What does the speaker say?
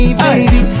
baby